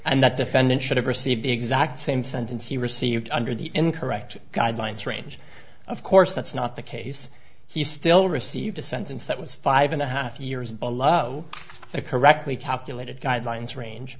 and that defendant should have received the exact same sentence he received under the incorrect guidelines range of course that's not the case he still received a sentence that was five and a half years below a correctly calculated guidelines range